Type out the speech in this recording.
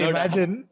Imagine